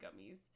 gummies